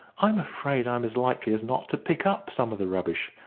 i'm afraid i'm as likely as not to pick up some of the rubbish.